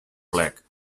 plec